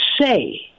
say